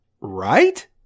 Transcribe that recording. right